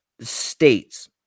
states